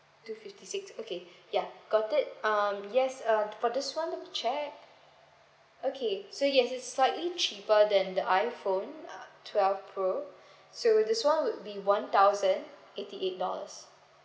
two fifty six okay ya got it um yes uh for this one let me check okay so yes it's slightly cheaper than the iphone uh twelve pro so this one would be one thousand eighty eight dollars